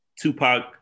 Tupac